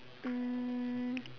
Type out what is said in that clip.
um